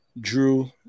Drew